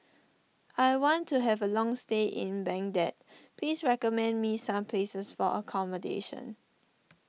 I want to have a long stay in Baghdad please recommend me some places for accommodation